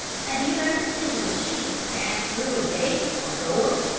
have you ever seen sheep pass through a gate or door?